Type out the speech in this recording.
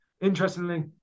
Interestingly